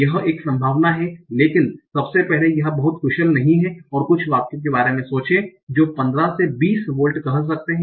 यह एक संभावना है लेकिन सबसे पहले यह बहुत कुशल नहीं है और कुछ वाक्यों के बारे में सोचें जो 15 20 वोल्ट कह सकते हैं